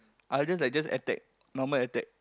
others I just attack normal attack